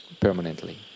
permanently